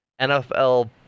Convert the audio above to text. nfl